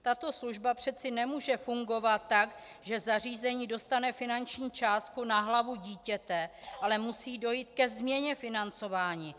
Tato služba přece nemůže fungovat tak, že zařízení dostane finanční částku na hlavu dítěte, ale musí dojít ke změně financování.